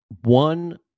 one